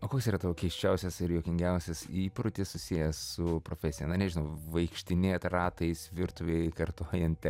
o kas yra tavo keisčiausias ir juokingiausias įprotis susijęs su profesija na nežinau vaikštinėt ratais virtuvėj kartojant